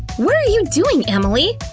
what are you doing, emily?